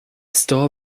store